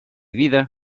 vida